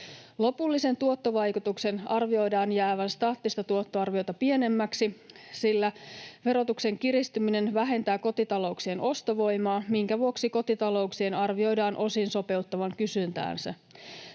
Lopullisen tuottovaikutuksen arvioidaan jäävän staattista tuottoarviota pienemmäksi, sillä verotuksen kiristyminen vähentää kotitalouksien ostovoimaa, minkä vuoksi kotitalouksien arvioidaan osin sopeuttavan kysyntäänsä.